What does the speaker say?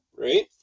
Right